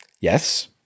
Yes